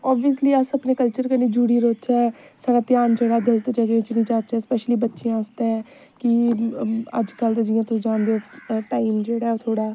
आवसली अस अपने कल्चर कन्नै जुड़ी रौहचै साढ़ा ध्यान जेह्ड़ा ऐ गल्त जगह च नेईं जाचै स्पेशली बच्चें आस्तै कि अज्जकल दे जियां तुस जानदे टाइम जेह्ड़ा ऐ ओह् थोह्ड़ा